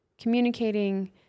communicating